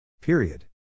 Period